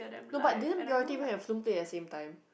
no but didn't play at the same time